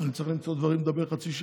אני צריך למצוא דברים לדבר חצי שעה.